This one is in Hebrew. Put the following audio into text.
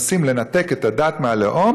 כי כל החוקים שמנסים לנתק את הדת מהלאום